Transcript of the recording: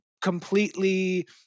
completely